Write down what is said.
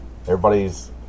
Everybody's